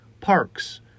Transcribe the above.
parks